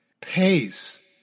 pace